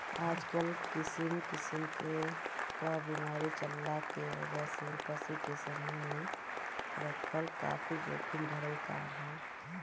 आजकल किसिम किसिम क बीमारी चलला के वजह से पशु के समूह में रखल काफी जोखिम भरल काम ह